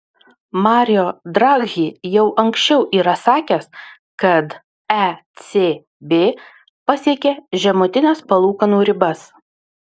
mario draghi jau anksčiau yra sakęs kad ecb pasiekė žemutines palūkanų ribas